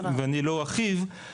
ואני לא ארחיב,